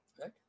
right